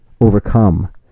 overcome